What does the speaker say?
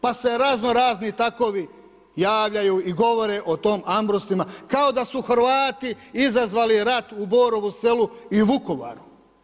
Pa se raznorazni takovi javljaju i govore o tom Ambrustima kao da su Hrvati izazvali ratu u Borovu selu i Vukovaru.